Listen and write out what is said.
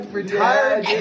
retired